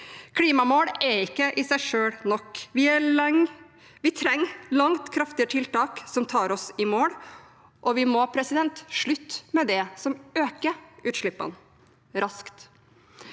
Klimamål er ikke nok i seg selv. Vi trenger langt kraftigere tiltak som tar oss i mål, og vi må raskt slutte med det som øker utslippene.